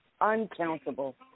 Uncountable